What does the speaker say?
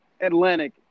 Atlantic